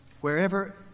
wherever